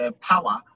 power